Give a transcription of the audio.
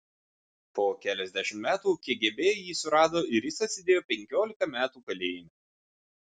po keliasdešimt metų kgb jį surado ir jis atsėdėjo penkiolika metų kalėjime